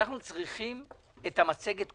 אנחנו צריכים את המצגת קודם.